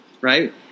right